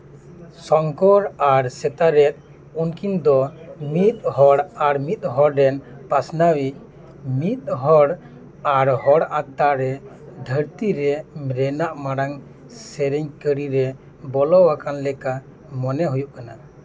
ᱥᱚᱝᱠᱚᱨ ᱟᱨ ᱥᱮᱛᱟᱨ ᱨᱮᱫᱚ ᱩᱱᱠᱤᱱ ᱫᱚ ᱢᱤᱫ ᱦᱚᱲ ᱟᱨ ᱢᱤᱫ ᱦᱚᱲ ᱨᱮᱱ ᱯᱟᱥᱱᱟᱣᱤᱪ ᱢᱤᱫ ᱦᱚᱲ ᱟᱨ ᱦᱚᱲ ᱟᱛᱢᱟ ᱨᱮ ᱫᱷᱟᱹᱨᱛᱤ ᱨᱮᱱᱟᱜ ᱢᱟᱨᱟᱝ ᱥᱮᱨᱮᱧ ᱠᱟᱹᱨᱤ ᱨᱮ ᱵᱚᱞᱚ ᱟᱠᱟᱱ ᱞᱮᱠᱟ ᱢᱚᱱᱮ ᱦᱩᱭᱩᱜ ᱠᱟᱱᱟ